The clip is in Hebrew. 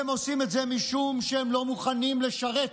הם עושים את זה משום שהם לא מוכנים לשרת